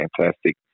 fantastic